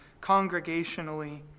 congregationally